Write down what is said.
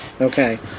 Okay